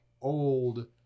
old